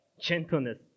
gentleness